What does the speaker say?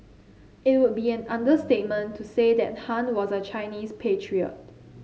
it would be an understatement to say that Han was a Chinese patriot